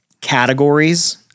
categories